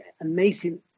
amazing